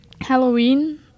Halloween